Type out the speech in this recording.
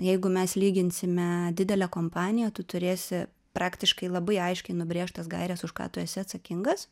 jeigu mes lyginsime didelę kompaniją tu turėsi praktiškai labai aiškiai nubrėžtas gaires už ką tu esi atsakingas